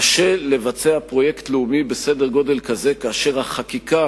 קשה לבצע פרויקט לאומי בסדר גודל כזה כאשר החקיקה